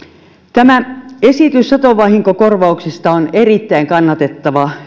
tämä esitys satovahinkokorvauksista on erittäin kannatettava